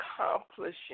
accomplishing